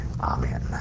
Amen